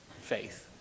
faith